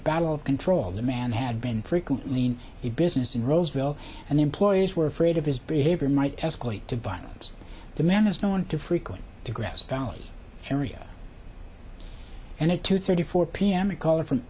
a battle of control the man had been frequently in the business in roseville and employees were afraid of his behavior might escalate to violence the man is known to frequent the grass valley area and at two thirty four pm a caller from